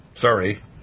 Sorry